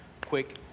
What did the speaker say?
quick